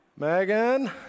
Megan